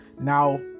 Now